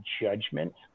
judgment